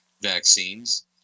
vaccines